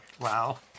Wow